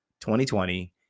2020